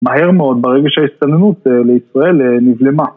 מהר מאוד ברגע שההסתלנות לישראל נבלמה.